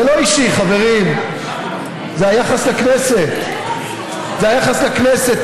זה לא אישי, חברים, זה היחס לכנסת, זה היחס לכנסת.